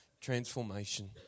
transformation